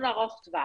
ארוך טווח.